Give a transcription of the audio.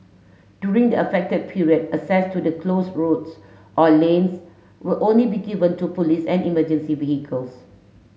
during the affected period access to the close roads or lanes will only be given to police and emergency vehicles